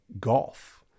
golf